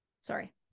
Sorry